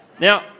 Now